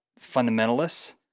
fundamentalists